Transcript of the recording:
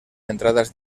entradas